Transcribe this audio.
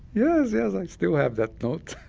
yes, yes. i still have that note